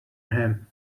him